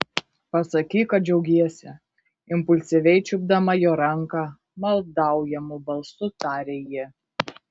pasakyk kad džiaugiesi impulsyviai čiupdama jo ranką maldaujamu balsu tarė ji